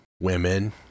women